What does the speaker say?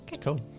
Cool